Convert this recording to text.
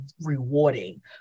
rewarding